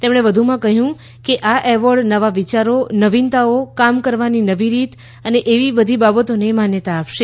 તેમણે કહ્યું આ એવોર્ડ નવાવિયારો નવીનતાઓ કામ કરવાની નવીરીત અને એવી બાબતોને માન્યતા આપશે